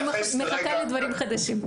אני מתייחס כרגע --- אני מחכה לדברים חדשים,